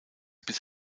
bis